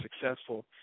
successful